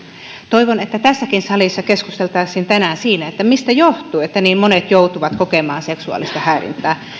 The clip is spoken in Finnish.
toivon että tässäkin salissa keskusteltaisiin tänään siitä mistä johtuu että niin monet joutuvat kokemaan seksuaalista häirintää